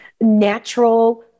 natural